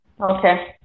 okay